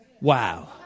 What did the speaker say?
Wow